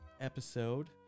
episode